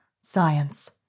science